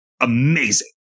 amazing